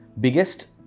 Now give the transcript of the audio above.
biggest